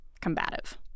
combative